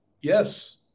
Yes